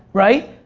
right?